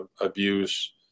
abuse